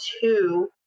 two